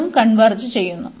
ഇതും കൺവേർജ് ചെയ്യുന്നു